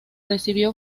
recibió